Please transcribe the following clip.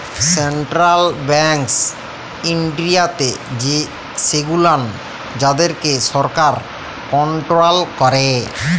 central banks ইনডিয়াতে সেগুলান যাদেরকে সরকার কনটোরোল ক্যারে